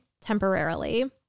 temporarily